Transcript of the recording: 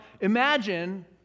imagine